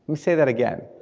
say that again,